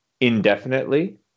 indefinitely